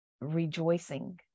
rejoicing